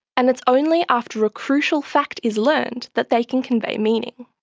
and it's only after a crucial fact is learned that they can convey meaning.